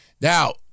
Now